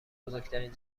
بزرگترین